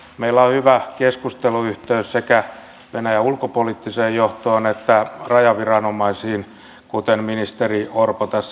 meillä on hyvä keskusteluyhteys sekä venäjän ulkopoliittiseen johtoon että rajaviranomaisiin kuten ministeri orpo tässä kertoi